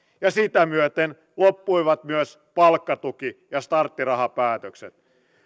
ja sitä myöten loppuivat myös palkkatuki ja starttirahapäätökset